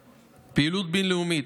14. פעילות בין-לאומית,